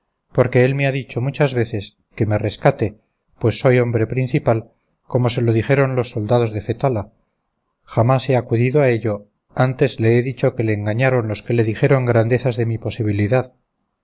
porque él me ha dicho muchas veces que me rescate pues soy hombre principal como se lo dijeron los soldados de fetala jamás he acudido a ello antes le he dicho que le engañaron los que le dijeron grandezas de mi posibilidad